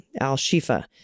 Al-Shifa